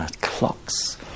clocks